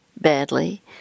badly